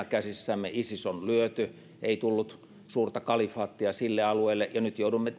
käsissämme isis on lyöty ei tullut suurta kalifaattia sille alueelle ja nyt joudumme